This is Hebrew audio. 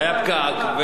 והיה פקק,